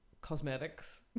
cosmetics